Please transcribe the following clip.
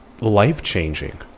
life-changing